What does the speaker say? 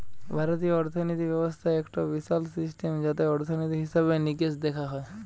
ভারতীয় অর্থিনীতি ব্যবস্থা একটো বিশাল সিস্টেম যাতে অর্থনীতি, হিসেবে নিকেশ দেখা হয়